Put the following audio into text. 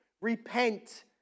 repent